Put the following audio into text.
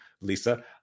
Lisa